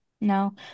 No